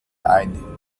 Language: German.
ein